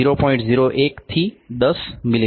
01 થી 10 મીમી